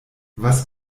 was